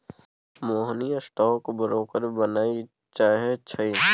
मोहिनी stock broker बनय चाहै छै